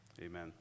Amen